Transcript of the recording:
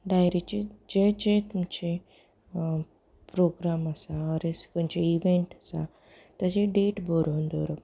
डायरीचे जे जे तुमचे प्रोग्राम आसा ऑर एल्स खंयचे इवेंट आसा ताजे डेट बरोवन दवरप